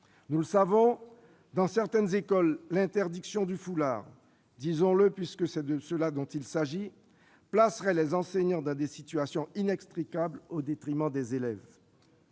Nous le savons, dans certaines écoles, l'interdiction du foulard- disons-le, puisque c'est de cela qu'il s'agit -placerait les enseignants dans des situations inextricables au détriment des élèves.